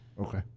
okay